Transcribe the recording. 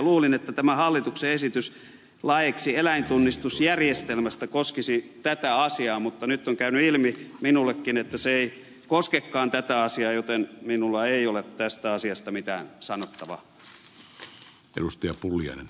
luulin että tämä hallituksen esitys laiksi eläintunnistusjärjestelmästä koskisi tätä asiaa mutta nyt on käynyt ilmi minullekin että se ei koskekaan tätä asiaa joten minulla ei ole tästä asiasta mitään sanottavaa